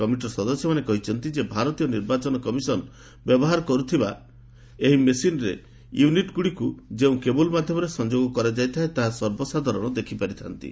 committee ସଦସ୍ୟମାନେ କହିଛନ୍ତି ଯେ ଭାରତୀୟ ନିର୍ବାଚନ କମିଶନ୍ ବ୍ୟବହାର କରୁଥିବା ଏହି ମେସିନ୍ ୟୁନିଟ୍ଗୁଡ଼ିକୁ ଯେଉଁ କେବୁଲ୍ ମାଧ୍ୟମରେ ସଂଯୋଗ କରାଯାଇଥାଏ ତାହା ସର୍ବସାଧାରଣ ଏହା ଦେଖି ପାରିଥାନ୍ତି